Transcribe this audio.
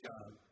God